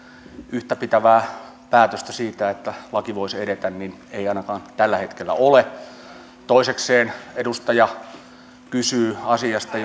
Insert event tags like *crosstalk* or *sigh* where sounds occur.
yhtäpitävää päätöstä siitä että laki voisi edetä ei ainakaan tällä hetkellä ole toisekseen edustaja kysyy asiasta *unintelligible*